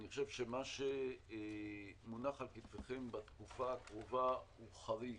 מה שמונח על כתפיכם בתקופה הקרובה, הוא חריג.